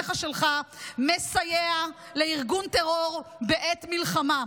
ובמעשיך שלך מסייע לארגון טרור בעת מלחמה.